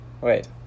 Wait